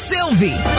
Sylvie